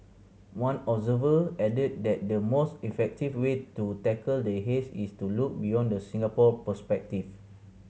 one observer added that the most effective way to tackle the haze is to look beyond the Singapore perspective